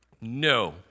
No